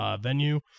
venue